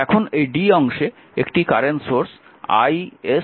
এখন এই অংশে একটি কারেন্ট সোর্স is 3 অ্যাম্পিয়ার রয়েছে